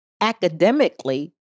academically